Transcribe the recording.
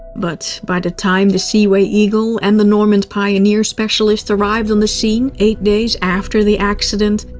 but by the time the seaway eagle and the normand pioneer specialists arrived on the scene, eight days after the accident,